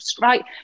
right